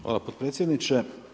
Hvala potpredsjedniče.